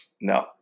no